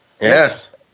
Yes